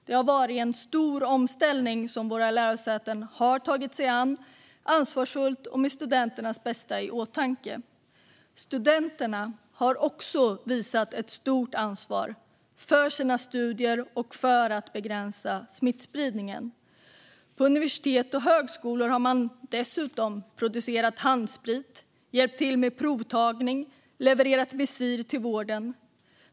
Det har varit en stor omställning som våra lärosäten har tagit sig an, ansvarsfullt och med studenternas bästa i åtanke. Studenterna har också visat ett stort ansvar för sina studier och för att begränsa smittspridningen. På universitet och högskolor har man dessutom producerat handsprit, hjälpt till med provtagning och levererat visir till vården.